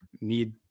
Need